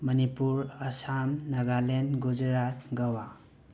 Manipur Assam Nagaland Gujarat Goa